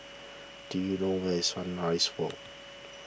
do you know where is Sunrise Walk